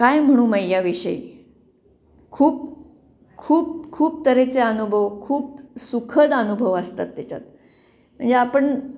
काय म्हणू मैयाविषयी खूप खूप खूप तऱ्हेचे अनुभव खूप सुखद अनुभव असतात त्याच्यात म्हणजे आपण